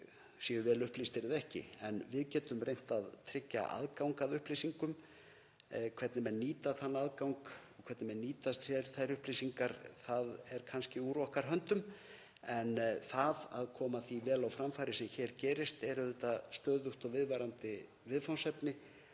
séu vel upplýstir. Við getum reynt að tryggja aðgang að upplýsingum en það hvernig menn nýta þann aðgang og hvernig menn nýta sér þær upplýsingar er kannski úr okkar höndum. En það að koma því vel á framfæri sem hér gerist er auðvitað stöðugt og viðvarandi viðfangsefni